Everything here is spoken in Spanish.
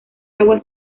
agua